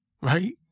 right